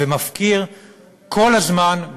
ומפקיר כל הזמן,